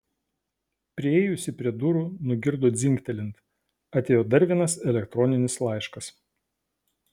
priėjusi prie durų nugirdo dzingtelint atėjo dar vienas elektroninis laiškas